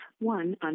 one